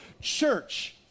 church